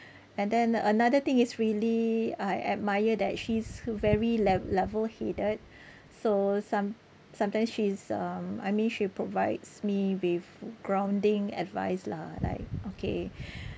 and then another thing is really I admire that she's very lev~ level-headed so some sometimes she's um I mean she provides me with grounding advice lah like okay